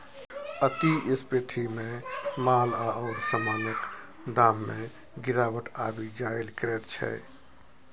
अति स्फीतीमे माल आओर समानक दाममे गिरावट आबि जाएल करैत छै